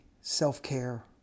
self-care